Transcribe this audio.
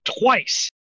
twice